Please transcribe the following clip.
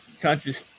conscious